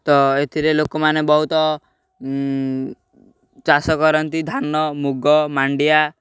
ତ ଏଥିରେ ଲୋକମାନେ ବହୁତ ଚାଷ କରନ୍ତି ଧାନ ମୁଗ ମାଣ୍ଡିଆ